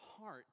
heart